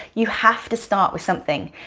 you have to start with something.